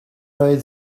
oedd